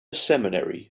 seminary